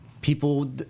people